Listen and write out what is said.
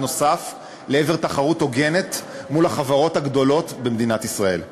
נוסף לעבר תחרות הוגנת מול החברות הגדולות במדינת ישראל.